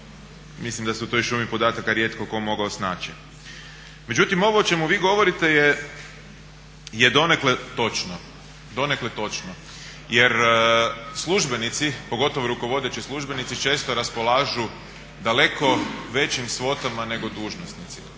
mislim da se u toj šumi podataka rijetko tko mogao snaći. Međutim, ovo o čemu vi govorite je donekle točno jer službenici, pogotovo rukovodeći službenici često raspolažu daleko većim svotama nego dužnosnici.